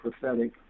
prophetic